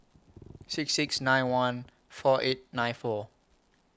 six six nine one four eight nine four